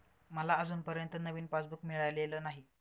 मला अजूनपर्यंत नवीन पासबुक मिळालेलं नाही